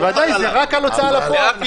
בוודאי, רק על הוצאה לפועל.